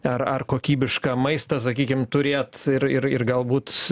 ar ar kokybišką maistą sakykim turėt ir ir ir galbūt